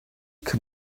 can